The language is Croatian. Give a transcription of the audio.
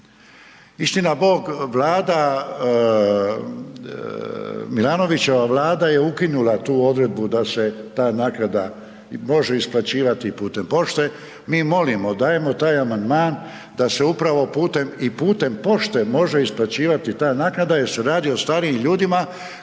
Istina Bog, Vlada, Milanovićeva Vlada je ukinula tu odredbu da se ta naknada može isplaćivati putem pošte. Mi molimo, dajemo taj amandman da se upravo i putem pošte može isplaćivati ta naknada jer se radi o starijim ljudima